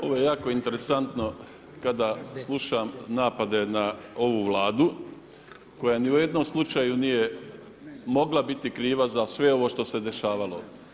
Ovo je jako interesantno kada slušam napade na ovu Vladu koja ni u jednom slučaju nije mogla biti kriva za sve ovo što se dešavalo.